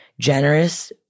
generous